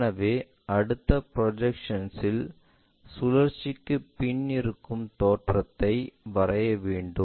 எனவே அடுத்த ப்ரொஜெக்ஷன் இல் சுழற்சிக்கு பின் இருக்கும் தோற்றத்தை வரைய வேண்டும்